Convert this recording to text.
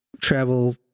travel